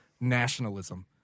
nationalism